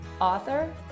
author